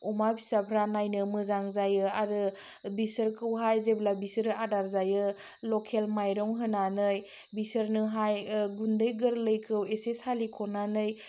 अमा फिसाफ्रा नायनो मोजां जायो आरो बिसोरखौहाय जेब्ला बिसोरो आदार जायो लकेल माइरं होनानै बिसोरनोहाय गुन्दै गोरलैखौ एसे सालिख'नानै